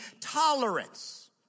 tolerance